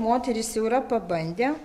moterys jau yra pabandę